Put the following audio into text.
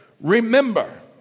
Remember